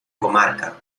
comarca